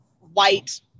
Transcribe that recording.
white